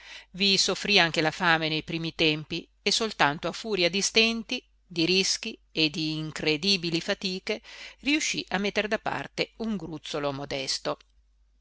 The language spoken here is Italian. vi soffrì anche la fame nei primi tempi e soltanto a furia di stenti di rischi e d'incredibili fatiche riuscì a metter da parte un gruzzolo modesto